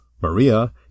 Maria